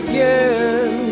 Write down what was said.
Again